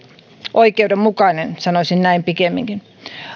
oikeudenmukainen sanoisin näin pikemminkin